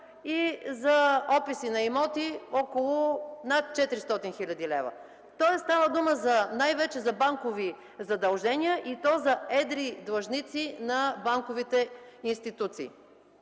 и за описи на имоти над 400 хил. лв. Следователно става дума най-вече за банкови задължения и то за едри длъжници на банковите институции.